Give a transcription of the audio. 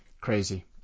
crazy